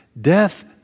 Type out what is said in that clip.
Death